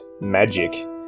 magic